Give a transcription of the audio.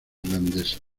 irlandesa